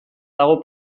dago